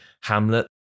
Hamlet